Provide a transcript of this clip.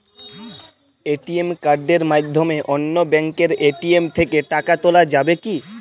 ATM কার্ডের মাধ্যমে অন্য ব্যাঙ্কের এ.টি.এম থেকে টাকা তোলা যাবে কি?